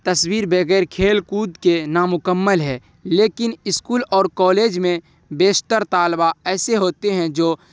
تصویر بغیر کھیل کود کے نامکمل ہے لیکن اسکول اور کالج میں بیشتر طالبہ ایسے ہوتے ہیں جو